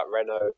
Renault